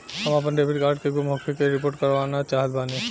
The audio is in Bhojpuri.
हम आपन डेबिट कार्ड के गुम होखे के रिपोर्ट करवाना चाहत बानी